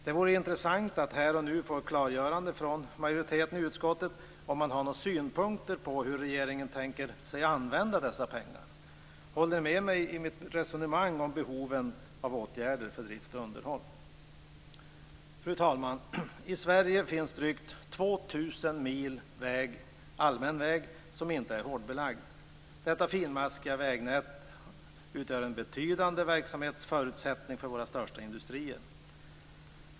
Det vore intressant att här och nu få klargjort från majoriteten i utskottet om man har några synpunkter på hur regeringen tänker sig att använda dessa pengar. Håller ni med mig i mitt resonemang om behoven av åtgärder för drift och underhåll? Fru talman! I Sverige finns drygt 2 000 mil allmän väg som inte är hårdbelagd. Detta finmaskiga vägnät utgör en betydande verksamhetsförutsättning för våra största industrier.